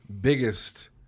biggest